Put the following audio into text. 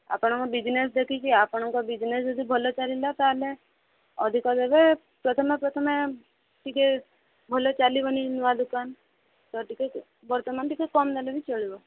ଆପଣଙ୍କ ବିଜିନେସ୍ ଦେଖିକି ଆପଣଙ୍କ ବିଜିନିସ୍ ଯଦି ଭଲ ଚାଲିଲା ତା'ହେଲେ ଅଧିକ ଦେବେ ପ୍ରଥମେ ପ୍ରଥମେ ଟିକେ ଭଲ ଚାଲିବନି ନୂଆ ଦୋକାନ ତ ଟିକେ ବର୍ତ୍ତମାନ ଟିକେ କମ୍ ଦେଲେ ବି ଚଳିବ